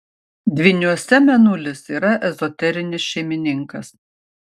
dvyniuose mėnulis yra ezoterinis šeimininkas